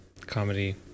comedy